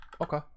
Okay